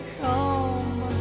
come